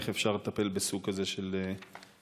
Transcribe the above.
איך אפשר לטפל בסוג כזה של תלונות?